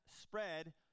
spread